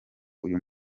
uyu